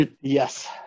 Yes